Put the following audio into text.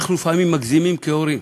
אנחנו לפעמים מגזימים כהורים.